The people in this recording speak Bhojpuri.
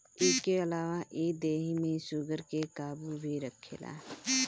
इके अलावा इ देहि में शुगर के काबू में रखेला